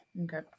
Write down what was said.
Okay